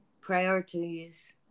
Priorities